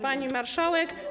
Pani Marszałek!